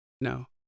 No